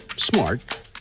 Smart